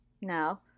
No